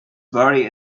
buried